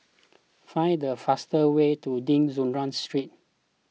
find the fastest way to De Souza Street